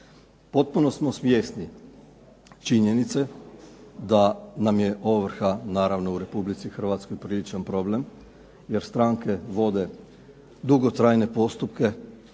Potpuno smo svjesni činjenice da nam je ovrha naravno u Republici Hrvatskoj priličan problem, jer stranke vode dugotrajne postupke,